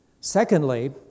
Secondly